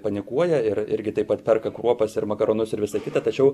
panikuoja ir irgi taip pat perka kruopas ir makaronus ir visa kita tačiau